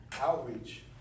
outreach